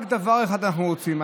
רק דבר אחד אנחנו רוצים,